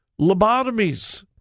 lobotomies